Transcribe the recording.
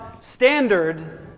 standard